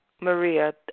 Maria